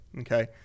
Okay